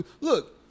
Look